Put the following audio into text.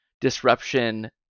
disruption